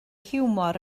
hiwmor